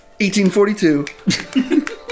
1842